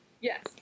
Yes